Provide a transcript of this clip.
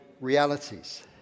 realities